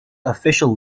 official